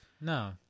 No